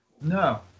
No